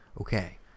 Okay